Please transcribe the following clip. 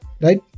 right